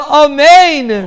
amen